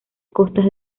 costas